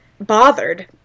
bothered